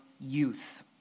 youth